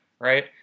Right